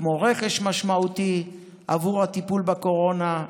כמו רכש משמעותי עבור הטיפול בקורונה,